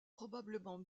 probablement